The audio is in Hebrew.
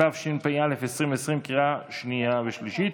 התשפ"א 2020, לקריאה שנייה ולקריאה שלישית.